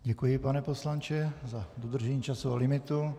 Děkuji, pane poslanče, za dodržení časového limitu.